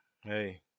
hey